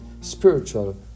spiritual